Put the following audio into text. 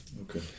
Okay